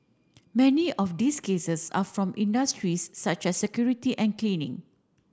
many of these cases are from industries such as security and cleaning